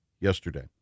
yesterday